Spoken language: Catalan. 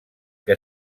que